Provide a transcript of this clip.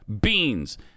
Beans